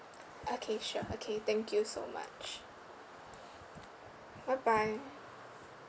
okay sure okay thank you so much bye bye